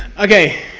okay.